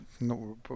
no